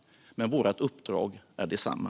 Men vårt uppdrag är detsamma.